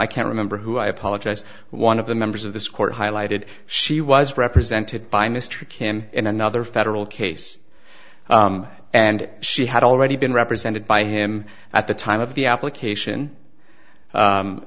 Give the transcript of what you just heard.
i can remember who i apologize one of the members of this court highlighted she was represented by mr kim in another federal case and she had already been represented by him at the time of the application